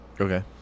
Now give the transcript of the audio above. okay